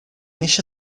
eixa